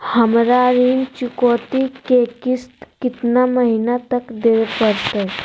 हमरा ऋण चुकौती के किस्त कितना महीना तक देवे पड़तई?